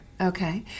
Okay